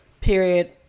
period